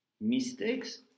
Mistakes